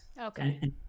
Okay